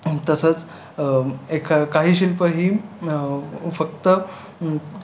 तसंच एक काही शिल्पं ही फक्त